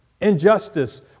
injustice